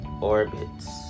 orbits